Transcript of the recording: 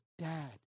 dad